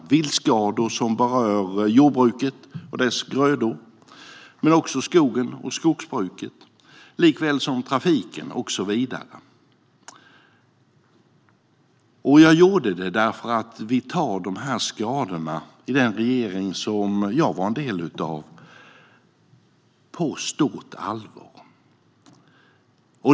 Det är viltskador som berör jordbruket och dess grödor men också skogen, skogsbruket, trafiken och så vidare. Och jag gjorde det för att vi i den regering som jag var en del av tog de här skadorna på stort allvar.